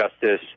justice